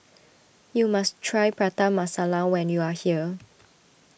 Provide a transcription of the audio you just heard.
you must try Prata Masala when you are here